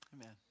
Amen